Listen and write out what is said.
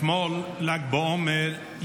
אתמול ל"ג בעומר,